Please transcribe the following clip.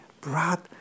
brought